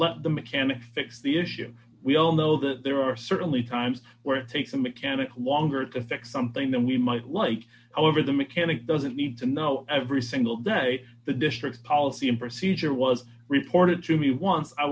let the mechanic fix the issue we all know that there are certainly times where it takes a mechanic longer to fix something that we might like however the mechanic doesn't need to know every single day the district policy and procedure was reported to me once i